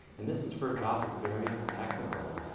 and this is for a job that's very technical.